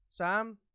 Sam